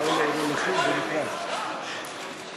סיעת המחנה הציוני לסעיף 1 לא נתקבלו.